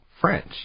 French